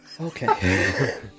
Okay